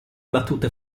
battute